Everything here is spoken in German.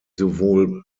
sowohl